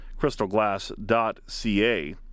crystalglass.ca